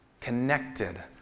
connected